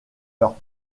leur